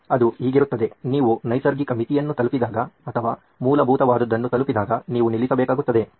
ಅದು ಹೀಗಿರುತ್ತದೆ ನೀವು ನೈಸರ್ಗಿಕ ಮಿತಿಯನ್ನು ತಲುಪಿದಾಗ ಅಥವಾ ಮೂಲಭೂತವಾದದ್ದನ್ನು ತಲುಪಿದಾಗ ನೀವು ನಿಲ್ಲಿಸಬೇಕಾಗುತ್ತದೆ